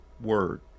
word